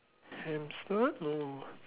hamster no